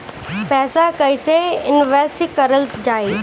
पैसा कईसे इनवेस्ट करल जाई?